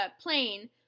plane